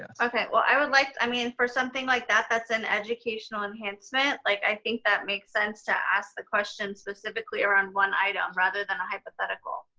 okay. well, i would like i mean, for something like that, that's an educational enhancement like i think that makes sense to ask the question specifically around one item rather than a hypothetical.